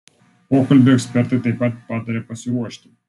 pokalbiui ekspertai taip pat pataria pasiruošti